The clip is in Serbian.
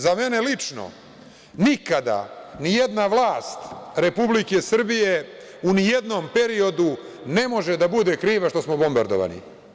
Za mene lično, nikada ni jedna vlast Republike Srbije u nijednom periodu ne može da bude kriva što smo bombardovani.